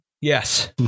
Yes